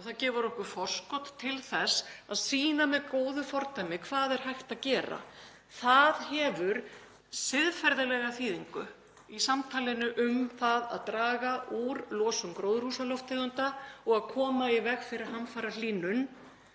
og það gefur okkur forskot til þess að sýna með góðu fordæmi hvað er hægt að gera. Það hefur siðferðilega þýðingu í samtalinu um það að draga úr losun gróðurhúsalofttegunda og koma í veg fyrir hamfarahlýnun